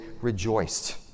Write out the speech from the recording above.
rejoiced